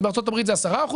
אז בארצות הברית זה 10%,